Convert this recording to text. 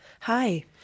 Hi